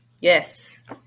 Yes